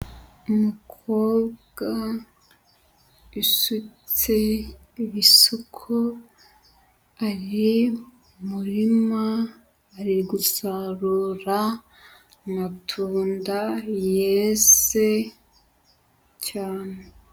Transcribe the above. Umukobwa usutse ibisuko ari mu murima, ari gusarura amatunda yeze cyane.